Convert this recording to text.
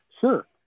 Sure